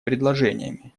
предложениями